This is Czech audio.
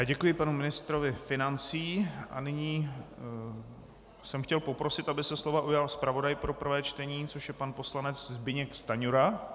Děkuji panu ministrovi financí a nyní jsem chtěl poprosit, aby se slova ujal zpravodaj pro prvé čtení, což je pan poslanec Zbyněk Stanjura.